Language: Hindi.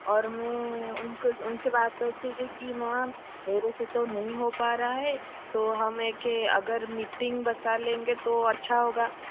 और उनको उन से बात करती थी कि मेम मेरे से तो नहीं हो पा रहा है तो हम एक अगर मीटिंग बसा लेंगे तो अच्छा होगा